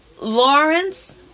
Lawrence